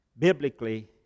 Biblically